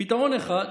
פתרון אחד,